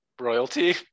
royalty